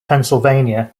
pennsylvania